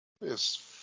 Yes